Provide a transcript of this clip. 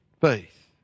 faith